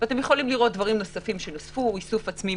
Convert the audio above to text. נוסף לזה לינה